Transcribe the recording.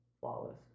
Flawless